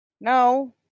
No